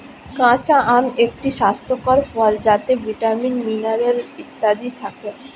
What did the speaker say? কাঁচা আম একটি স্বাস্থ্যকর ফল যাতে ভিটামিন, মিনারেল ইত্যাদি থাকে